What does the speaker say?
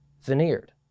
veneered